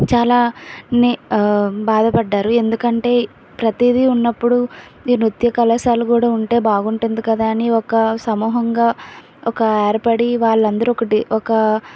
చాలా బాధపడ్డారు ఎందుకంటే ప్రతిది ఉన్నప్పుడు ఈ నృత్య కళాశాల కూడా ఉంటే బాగుంటుంది కదా అని ఒక సమూహంగా ఒక ఏర్పడి వాళ్ళందరు ఒకటి ఒక